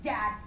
Dad